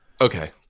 okay